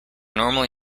normally